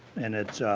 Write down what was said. and it's